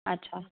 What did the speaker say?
अच्छा